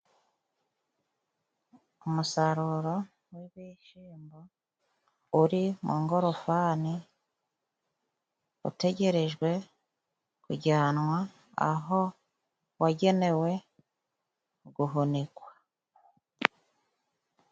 Umusaruro w'ibishimbo uri mu ngorofani utegerejwe kujyanwa aho wagenewe guhunikwa .